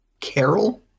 Carol